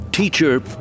Teacher